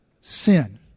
sin